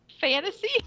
fantasy